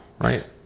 right